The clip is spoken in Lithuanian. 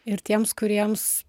ir tiems kuriems